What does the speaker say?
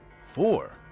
Four